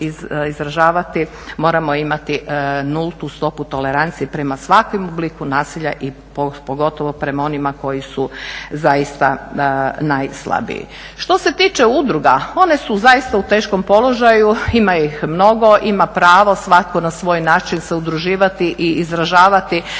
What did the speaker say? moramo imati nultu stopu tolerancije prema svakom obliku nasilja, a pogotovo prema onima koji su zaista najslabiji. Što se tiče udruga, one su zaista u teškom položaju, ima ih mnogo, ima pravo svatko na svoj način se udruživati i izražavati